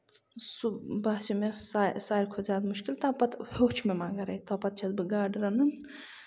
سُہ باسیو مےٚ ساروی کھۄتہٕ زیادٕ مُشکِل تَمہِ پَتہٕ ہیوٚچھ مےٚ مگر تو پَتہٕ چھَس بہٕ گاڈٕ رَنان